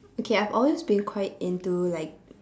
okay I've always been quite into like